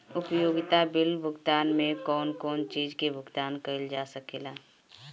उपयोगिता बिल भुगतान में कौन कौन चीज के भुगतान कइल जा सके ला?